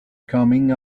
coming